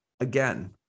again